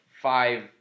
five